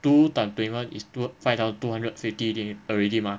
two time twenty one is five thousand two hundred fifty already mah